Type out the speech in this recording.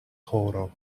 horo